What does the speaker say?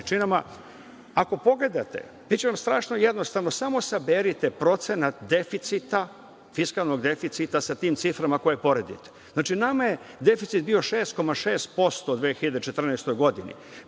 veličinama, ako pogledate biće vam strašno jednostavno, samo saberite procenat fiskalnog deficita sa tim ciframa koje poredite. Znači, nama je deficit bio 6,6% u 2014. godini,